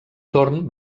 torn